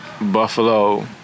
Buffalo